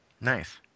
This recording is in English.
Nice